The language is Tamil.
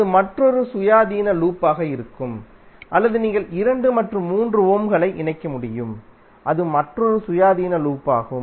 அது மற்றொரு சுயாதீன லூப்பாக இருக்கும் அல்லது நீங்கள் இரண்டு மற்றும் மூன்று ஓம்களை இணைக்க முடியும் அது மற்றொரு சுயாதீன லூப்பாகும்